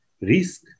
risk